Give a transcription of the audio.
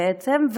בעצם.